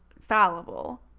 fallible